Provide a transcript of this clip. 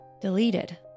deleted